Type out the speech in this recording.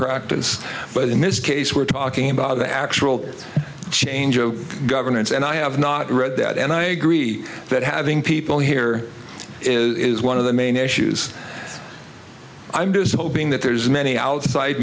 practice but in this case we're talking about the actual change of governance and i have not read that and i agree that having people here is one of the main issues i'm disabled being that there's many outside